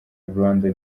rwanda